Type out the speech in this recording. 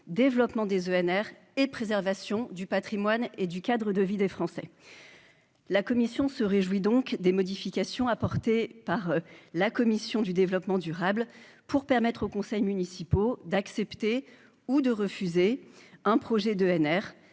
développement des ENR et préservation du Patrimoine et du cadre de vie des Français, la Commission se réjouit donc des modifications apportées par la commission du développement durable pour permettre aux conseils municipaux, d'accepter ou de refuser un projet d'ENR,